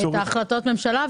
קראתי את החלטות הממשלה.